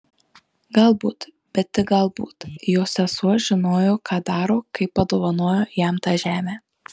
galbūt bet tik galbūt jo sesuo žinojo ką daro kai padovanojo jam tą žemę